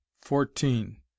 fourteen